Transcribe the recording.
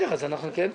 זה מטופל.